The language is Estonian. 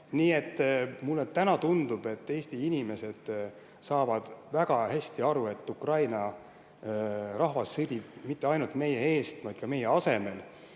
et mulle täna tundub, et Eesti inimesed saavad väga hästi aru, et Ukraina rahvas sõdib mitte ainult meie eest, vaid ka meie asemel.